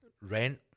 rent